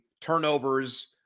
turnovers